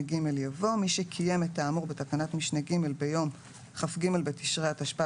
מי שקיים את האמור בתקנת משנה (ג) ביום כ"ג בתשרי התשפ"ב